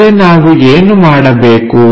ಮತ್ತೆ ನಾವು ಏನು ಮಾಡಬೇಕು